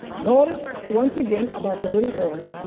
notice once again about the little horn.